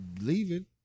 leaving